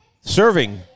Serving